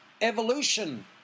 evolution